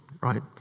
right